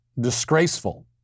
disgraceful